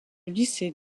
lycée